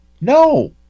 No